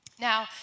Now